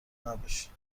نباشین